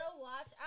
Watch